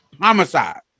Homicide